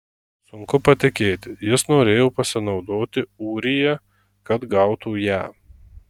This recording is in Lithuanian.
sunku patikėti jis norėjo pasinaudoti ūrija kad gautų ją